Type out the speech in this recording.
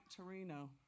Torino